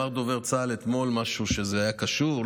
אמר דובר צה"ל אתמול משהו על זה שזה היה קשור,